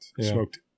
smoked